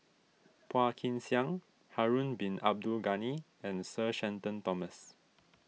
Phua Kin Siang Harun Bin Abdul Ghani and Sir Shenton Thomas